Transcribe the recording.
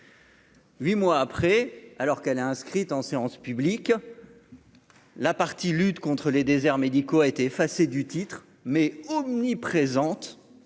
8 mois après, alors qu'elle a inscrite en séance publique la partie lutte contre les déserts médicaux a été effacée du titre mais omniprésente